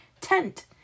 tent